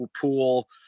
pool